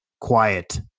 Quiet